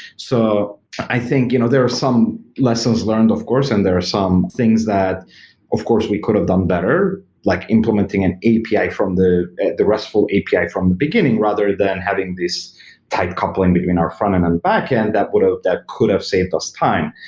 so i think you know there are some lessons learned, of course, and there are some things that of course we could have done better, like implementing an api from the the restful api from the beginning rather than having this tight coupling between our frontend and backend that but that could have saved us time.